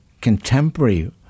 contemporary